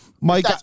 Mike